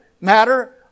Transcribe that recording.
matter